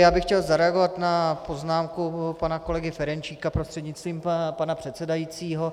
Já bych chtěl zareagovat na poznámku pana kolegy Ferjenčíka prostřednictvím pana předsedajícího.